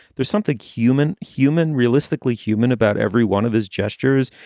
there's something human, human, realistically human about every one of his gestures.